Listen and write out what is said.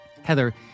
Heather